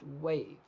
waves